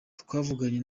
twavuganye